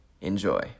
Enjoy